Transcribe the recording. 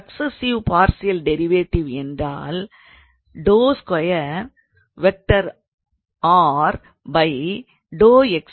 successive partial derivative என்றால் ஆகும்